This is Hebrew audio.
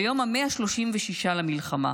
ביום ה-136 למלחמה.